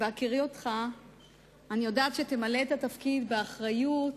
בהכירי אותך אני יודעת שתמלא את התפקיד באחריות,